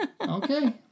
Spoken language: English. Okay